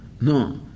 No